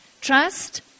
Trust